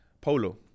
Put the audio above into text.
polo